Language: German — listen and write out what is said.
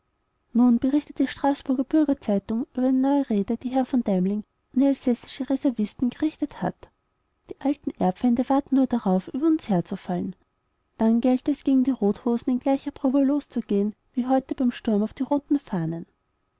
nun berichtet die straßburger bürgerzeitung über eine neue rede die herr v deimling an elsässische reservisten gerichtet hat die alten erbfeinde warteten nur darauf über uns herzufallen dann gelte es gegen die rothosen in gleicher bravour loszugehen wie heute beim sturm auf die roten fahnen